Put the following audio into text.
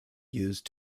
used